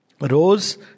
Rose